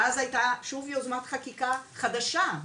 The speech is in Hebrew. ואז היתה שוב יוזמת חקיקה חדשה,